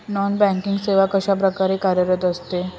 Non banking सेवा कशाप्रकारे कार्यरत असते?